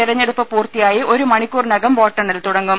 തെര ഞ്ഞെടുപ്പ് പൂർത്തിയായി ഒരു മണിക്കൂറിനകം വോട്ടെണ്ണൽ തുടങ്ങും